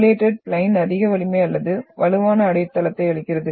பாலியேடட் ப்ளயின் அதிக வலிமை அல்லது வலுவான அடித்தளத்தை அளிக்கிறது